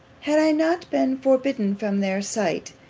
had i not been forbidden from their sight,